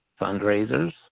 fundraisers